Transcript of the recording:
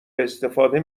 استفاده